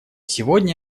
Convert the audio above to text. сегодня